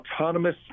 Autonomous